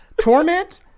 Torment